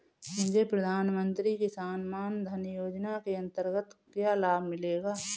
मुझे प्रधानमंत्री किसान मान धन योजना के अंतर्गत क्या लाभ मिलेगा?